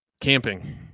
Camping